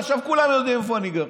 עכשיו כולם יודעים איפה אני גר.